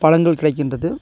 பழங்கள் கிடைக்கின்றது